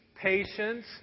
patience